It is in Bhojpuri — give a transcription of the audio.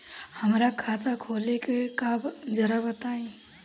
हमरा खाता खोले के बा जरा बताई